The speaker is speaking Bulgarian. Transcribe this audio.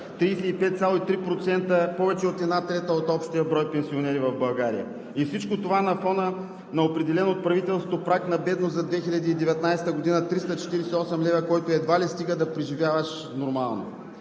35,3% – повече от 1/3 от общия брой пенсионери в България. Всичко това е на фона на определен от правителството праг на бедност за 2019 г. 348 лв., който едва ли стига да преживяваш нормално.